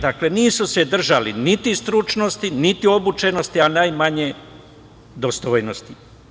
Dakle, nisu se držali niti stručnosti, niti obučenosti, a najmanje dostojnosti.